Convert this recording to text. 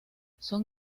son